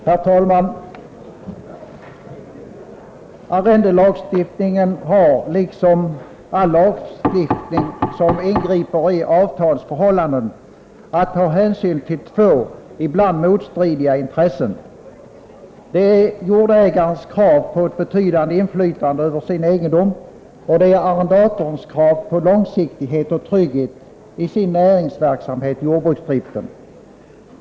Herr talman! Arrendelagstiftningen har, liksom all lagstiftning som ingriper i avtalsförhållanden, att ta hänsyn till två, ibland motstridiga, intressen. Det är jordägarens krav på ett betydande inflytande över sin egendom och arrendatorns krav på långsiktighet och trygghet i sin näringsverksamhet, jordbruksdriften.